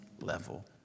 level